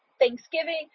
thanksgiving